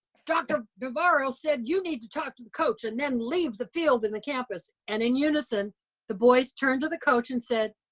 dr. navarro said, you need to talk to coach and then leave the field and the campus and in unison the boys turned to the coach and said,